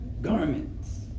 garments